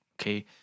okay